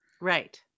Right